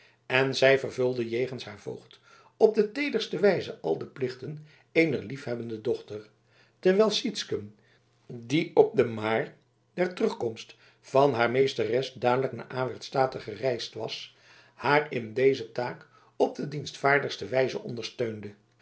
en zij vervulde jegens haar voogd op de teederste wijze al de plichten eener liefhebbende dochter terwijl sytsken die op de maar der terugkomst van haar meesteres dadelijk naar awert state gereisd was haar in deze taak op de dienstvaardigste wijze ondersteunde